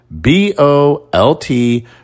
B-O-L-T